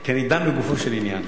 כי אני דן לגופו של עניין.